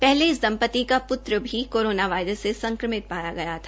पहले इस दम्पति का प्त्र भी कोरोना वायरस से संक्रमित पाया गया था